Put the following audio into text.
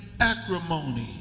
Acrimony